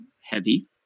heavy